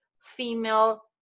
female